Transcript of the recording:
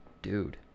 Dude